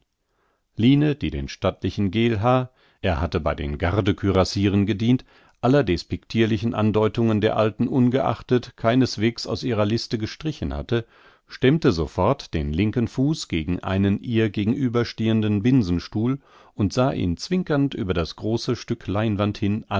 die den stattlichen geelhaar er hatte bei den gardekürassieren gedient aller despektirlichen andeutungen der alten ungeachtet keineswegs aus ihrer liste gestrichen hatte stemmte sofort den linken fuß gegen einen ihr gegenüberstehenden binsenstuhl und sah ihn zwinkernd über das große stück leinwand hin